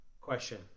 question